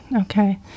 Okay